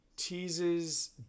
Teases